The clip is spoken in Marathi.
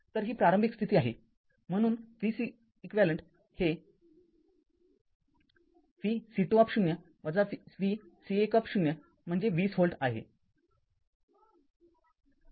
तर ही प्रारंभिक स्थिती आहे म्हणून vCeq हे vC२ vC१ म्हणजे २० व्होल्ट आहे